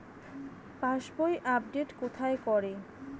পাসবই update কোথায় করে?